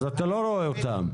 אז אתה לא רואה אותם.